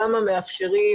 למה מאפשרים